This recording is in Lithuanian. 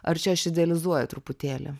ar čia aš idealizuoju truputėlį